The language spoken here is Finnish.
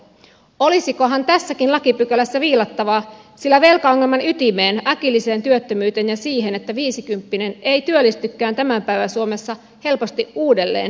olisikohan tässäkin lakipykälässä viilattavaa sillä velkaongelman ytimeen äkilliseen työttömyyteen ja siihen että viisikymppinen ei työllistykään tämän päivän suomessa helposti uudelleen joutuu yhä useampi